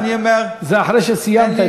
זה אחרי שסיימת,